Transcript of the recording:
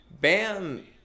Bam